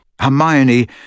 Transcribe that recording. Hermione